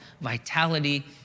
vitality